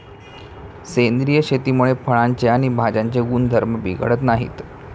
सेंद्रिय शेतीमुळे फळांचे आणि भाज्यांचे गुणधर्म बिघडत नाहीत